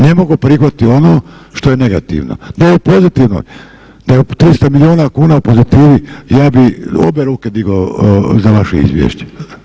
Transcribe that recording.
Ne mogu prihvatiti ono što je negativno, no pozitivno je da je 300 miLijuna kuna u pozitivi, ja bi obje ruke digao za vaše izvješće.